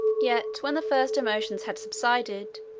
yet, when the first emotions had subsided,